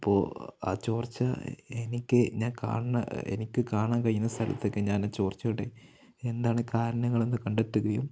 അപ്പോള് ആ ചോർച്ച എനിക്ക് ഞാൻ കാണുന്ന എനിക്കു കാണാൻ കഴിയുന്ന സ്ഥലത്തേക്കു ഞാൻ ചോർച്ചയുടെ എന്താണ് കാരണങ്ങളെന്നു കണ്ടെത്തുകയും